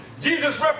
Jesus